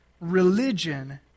Religion